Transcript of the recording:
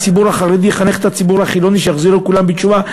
הציבור החרדי יחנך את הציבור החילוני שיחזרו כולם בתשובה?